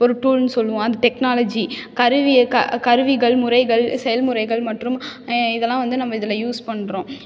ஒரு டூல்னு சொல்லுவோம் அந்த டெக்னாலஜி கருவி க கருவிகள் முறைகள் செயல்முறைகள் மற்றும் இதெல்லாம் வந்து நம்ம இதில் யூஸ் பண்ணுறோம்